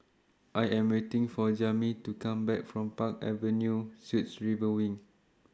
I Am waiting For Jami to Come Back from Park Avenue Suites River Wing